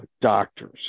doctors